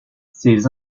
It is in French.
ces